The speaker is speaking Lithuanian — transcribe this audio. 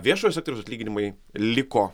viešojo sektoriaus atlyginimai liko